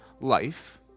life